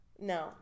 No